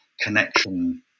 connection